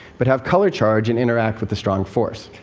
but have color charge and interact with the strong force.